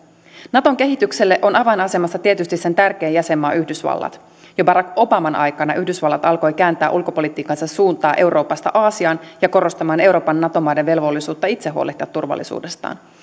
naton kehitykselle on avainasemassa tietysti sen tärkein jäsenmaa yhdysvallat jo barack obaman aikana yhdysvallat alkoi kääntää ulkopolitiikkansa suuntaa euroopasta aasiaan ja korostamaan euroopan nato maiden velvollisuutta itse huolehtia turvallisuudestaan